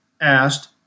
asked